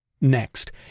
Next